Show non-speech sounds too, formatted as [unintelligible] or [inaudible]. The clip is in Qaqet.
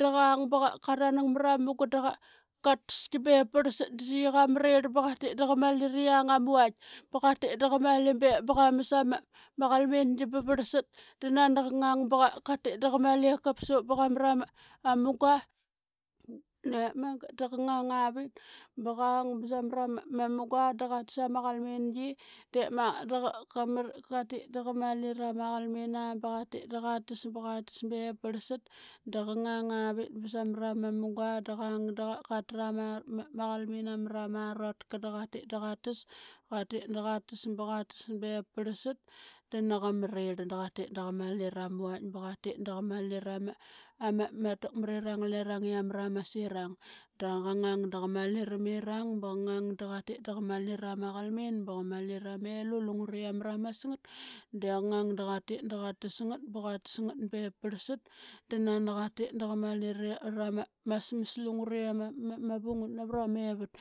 da qang ba ka qaranang mara ma munga da qa taski bep parlsat da sa qi qa mrirl da qatit da qa mali ra yang ama vaitk. Ba qatit da qa mali bep ba qamas ama qalmingi bep parlsat da nani qa ngang ba qa [unintelligible] katit da qa mali kapsup. [unintelligible] Magat da qa ngang avit ba qang ba samra ma munga da qa tas ama qalmingi dep magat [unintelligible] ka tit da qa mali rama qalmin aa ba qa tit da qatas ba qatas bep parlsat. Da qa ngang avit ba samra ma munga da qang da qatra ma [unintelligible] qalmin namra ma rotka da qatit da qatas, qatit da qatas ba qatas bep parlsat da qa mrirl. Da qatit da qa mali rama vaitk ba qatit da qa mali ra ma vaitk ba qatit da qa mali rama ama mat akmarirang lerang i ama ramasirang. Da qa ngang da qa malu ramirang, da qa ngang ba qa tit da qa mali rama qalmin ba qa mali ra melu lungure ama ramas ngat de qa ngang de qatit da qatas ngat ba qatas ngat bep parlsat. Da nani qa tit da qa mali rama ma smas lungure i ama [hesitation] vungat navra mevat.